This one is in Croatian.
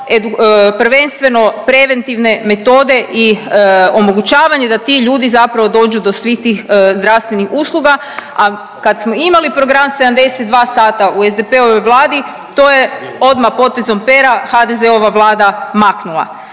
prvenstveno preventivne metode i omogućavanje da ti ljudi zapravo dođu do svih tih zdravstvenih usluga. A kad smo imali program 72 sata u SDP-ovoj vladi to je odma potezom pera HDZ-ova vlada maknula.